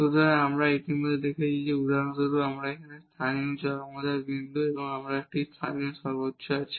সুতরাং আমরা ইতিমধ্যে দেখেছি যে একটি উদাহরণস্বরূপ এখানে লোকাল ম্যাক্সিমা বিন্দু আমাদের একটি লোকাল ম্যাক্সিমা আছে